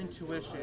intuition